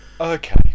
okay